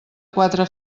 quatre